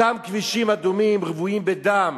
אותם כבישים אדומים, רוויים בדם,